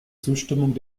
zustimmung